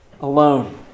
alone